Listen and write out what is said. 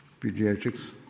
pediatrics